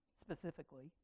specifically